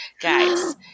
Guys